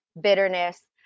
bitterness